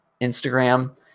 Instagram